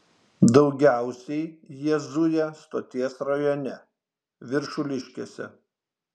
daugiausiai jie zuja stoties rajone viršuliškėse